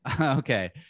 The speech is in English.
Okay